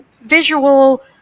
visual